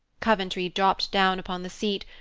coventry dropped down upon the seat,